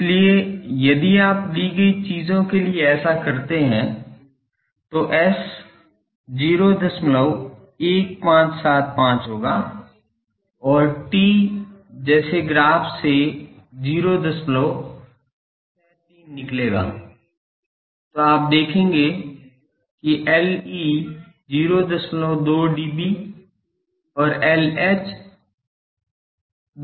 इसलिए यदि आप दी गई चीजों के लिए ऐसा करते हैं तो s 01575 होगा और t जैसे ग्राफ से 063 निकलेगा तो आप देखेंगे कि Le 02 dB और Lh 275 dB है